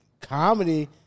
comedy